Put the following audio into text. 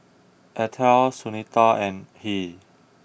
Atal Sunita and Hri